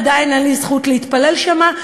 עדיין אין לי זכות להתפלל שם,